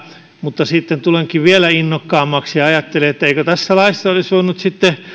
mutta sitten tulenkin vielä innokkaammaksi ja ajattelen että eikö tässä laissa olisi voinut sitten